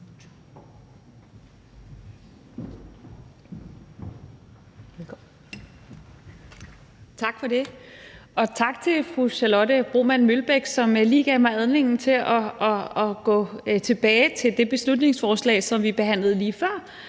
Tak for det. Og tak til fru Charlotte Broman Mølbæk, som lige gav mig anledning til at gå tilbage til det beslutningsforslag, som vi behandlede lige før,